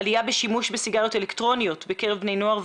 ויש עלייה בשימוש בסיגריות אלקטרוניות בקרב בני נוער וצעירים,